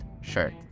shirt